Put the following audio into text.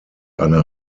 eine